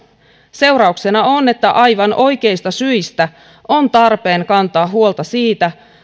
seurauksena on että aivan oikeista syistä on tarpeen kantaa huolta siitä